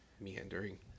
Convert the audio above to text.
Meandering